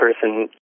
person